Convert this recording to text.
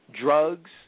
Drugs